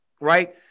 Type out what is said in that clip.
right